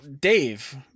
Dave